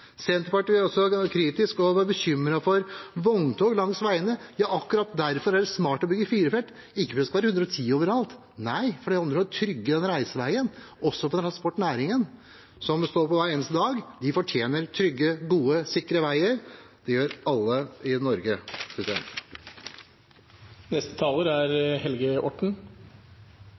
Senterpartiet er også kritisk til og bekymret over vogntog langs veiene. Ja, akkurat derfor er det smart å bygge fire felt, ikke for at det skal være 110 km/t overalt, nei, for det er om å gjøre å trygge reiseveien også for transportnæringen, som står på hver eneste dag. De fortjener trygge, gode, sikre veier. Det gjør alle i Norge.